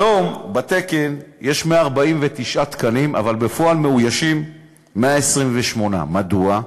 היום יש 149 תקנים, אבל בפועל מאוישים 128. מדוע?